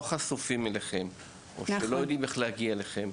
חשופים אליכם ולא יודעים איך להגיע אליכם.